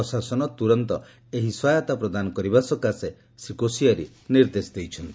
ପ୍ରଶାସନ ତୁରନ୍ତ ଏହି ସହାୟତା ପ୍ରଦାନ କରିବା ସକାଶେ ଶ୍ରୀ କୋସିୟାରି ନିର୍ଦ୍ଦେଶ ଦେଇଛନ୍ତି